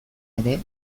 ere